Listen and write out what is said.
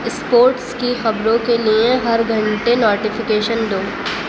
sports کی خبروں کے لیے ہر گھنٹے نوٹیفیکیشن دو